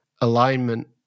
alignment